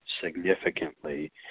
significantly